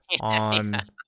on